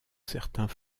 certains